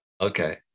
Okay